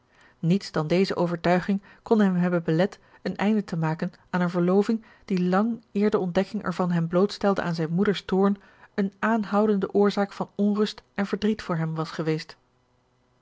niets dan deze overtuiging kon hem hebben belet een einde te maken aan eene verloving die lang eer de ontdekking ervan hem blootstelde aan zijn moeder's toorn een aanhoudende oorzaak van onrust en verdriet voor hem was geweest